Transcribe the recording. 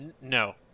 No